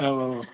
औ औ औ